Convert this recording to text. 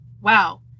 Wow